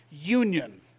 union